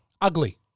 ugly